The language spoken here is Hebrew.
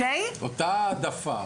אותה העדפה.